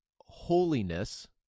holiness